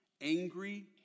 angry